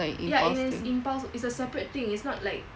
ya it is impulse it's a separate thing it's not like